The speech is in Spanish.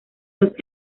dos